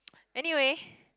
anyway